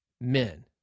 men